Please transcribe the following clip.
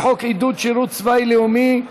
59 קולות מתנגדים,